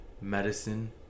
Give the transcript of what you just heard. medicine